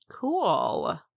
Cool